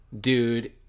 dude